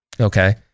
Okay